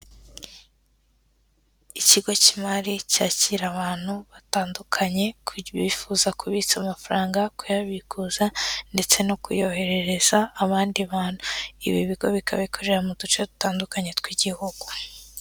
Ikigo cy'imari cyakira abantu batandukanye bifuza kubitsa amafaranga, kuyabikuza ndetse no kuyoherereza abandi bantu, ibi bigo bikaba bikorera mu duce dutandukanye tw'igihugu.